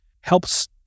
helps